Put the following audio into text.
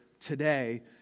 today